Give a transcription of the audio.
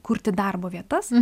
kurti darbo vietas